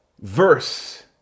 verse